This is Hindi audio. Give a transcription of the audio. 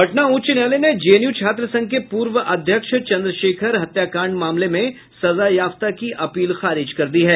पटना उच्च न्यायालय ने जेएनयू छात्र संघ के पूर्व अध्यक्ष चंद्रशेखर हत्याकांड में सजायाफ्ता की अपील खारिज कर दी है